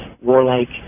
warlike